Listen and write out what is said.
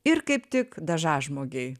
ir kaip tik dažažmogiai